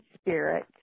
spirit